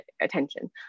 attention